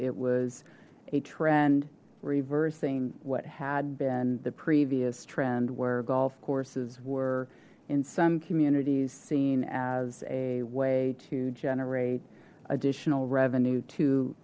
it was a trend reversing what had been the previous trend where golf courses were in some communities seen as a way to generate additional revenue to